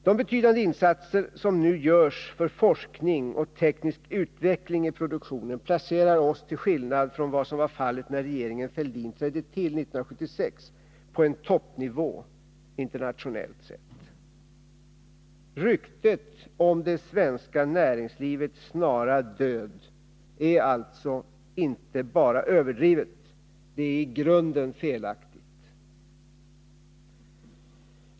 De betydande insatser som nu görs för forskning och teknisk utveckling i produktionen placerar oss, till skillnad från vad som var fallet när regeringen Fälldin trädde till 1976, på en toppnivå internationellt sett. Ryktet om det svenska näringslivets snara död är alltså inte bara överdrivet — det är i grunden felaktigt.